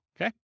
okay